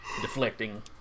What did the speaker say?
deflecting